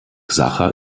sacher